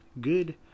good